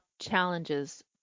challenges